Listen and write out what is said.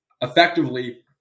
Effectively